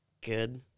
good